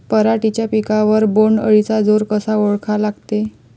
पराटीच्या पिकावर बोण्ड अळीचा जोर कसा ओळखा लागते?